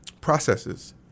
processes